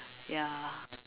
ya